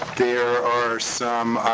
there are some.